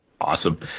awesome